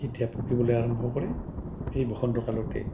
এতিয়া পকিবলৈ আৰম্ভ কৰে এই বসন্ত কালতে